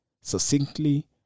succinctly